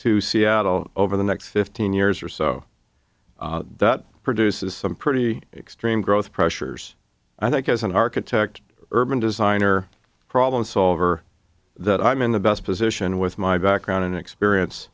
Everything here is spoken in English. to seattle over the next fifteen years or so that produces some pretty extreme growth pressures i think as an architect urban design or problem solver that i'm in the best position with my background and experience